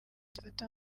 zifata